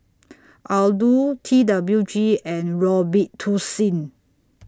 Aldo T W G and Robitussin